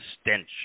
stench